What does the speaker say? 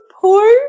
poor